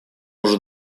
уже